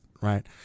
right